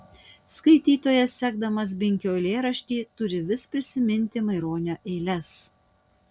skaitytojas sekdamas binkio eilėraštį turi vis prisiminti maironio eiles